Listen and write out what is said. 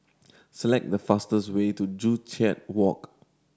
select the fastest way to Joo Chiat Walk